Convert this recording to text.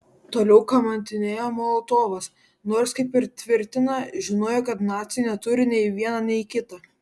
toliau kamantinėjo molotovas nors kaip tvirtina žinojo kad naciai neturi nei viena nei kita